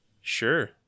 Sure